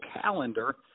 calendar